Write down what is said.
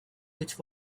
which